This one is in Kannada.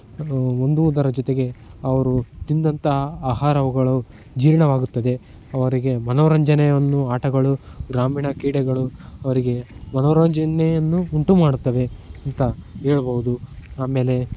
ಅದು ಹೊಂದುವುದರ ಜೊತೆಗೆ ಅವರು ತಿಂದಂತಹ ಆಹಾರಗಳು ಜೀರ್ಣವಾಗುತ್ತದೆ ಅವರಿಗೆ ಮನೋರಂಜನೆಯನ್ನು ಆಟಗಳು ಗ್ರಾಮೀಣ ಕ್ರೀಡೆಗಳು ಅವರಿಗೆ ಮನೋರಂಜನೆಯನ್ನು ಉಂಟು ಮಾಡುತ್ತವೆ ಅಂತ ಹೇಳ್ಬೌದು ಆಮೇಲೆ